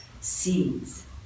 seeds